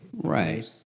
Right